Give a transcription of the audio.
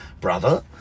brother